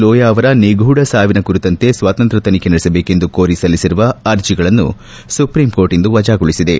ಲೋಯಾ ಅವರ ನಿಗೂಢ ಸಾವಿನ ಕುರಿತಂತೆ ಸ್ಥತಂತ್ರ ತನಿಬೆ ನಡೆಸಬೇಕೆಂದು ಕೋರಿ ಸಲ್ಲಿಸಿರುವ ಅರ್ಜೆಗಳನ್ನು ಸುಪ್ರೀಂಕೋರ್ಟ್ ಇಂದು ವಜಾಗೊಳಿಸಿದೆ